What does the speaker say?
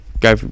go